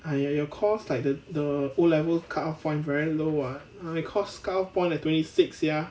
!aiya! your course like the the O level cut off point very low [what] my course cut off point like twenty six sia